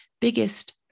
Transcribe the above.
biggest